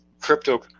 crypto